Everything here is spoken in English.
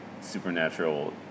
supernatural